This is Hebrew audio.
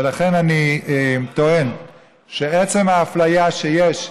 ולכן אני טוען שעצם האפליה שיש,